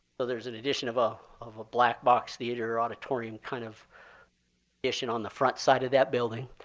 so there's an addition of ah of a black box theater or auditorium kind of issue on the front side of that building.